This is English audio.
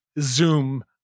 zoom